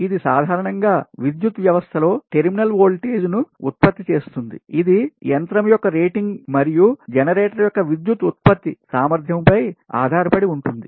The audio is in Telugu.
ఇది సాధారణంగా విద్యుత్ వ్యవస్థ లో టెర్మినల్ వోల్టేజ్ను ఉత్పత్తి చేస్తుంది ఇదిట్రాన్స్ఫార్మర్ యంత్రం యొక్క రేటింగ్ మరియు జనరేటర్ యొక్క విద్యుత్ ఉత్పత్తి సామర్థ్యం పై ఆధారపడి ఉంటుంది